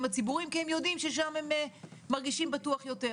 הציבוריים כי הם יודעים ששם הם מרגישים בטוח יותר.